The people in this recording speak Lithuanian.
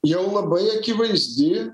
jau labai akivaizdi